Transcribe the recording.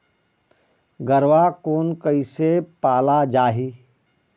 गरवा कोन कइसे पाला जाही?